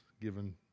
given